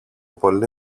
πολύ